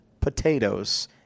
potatoes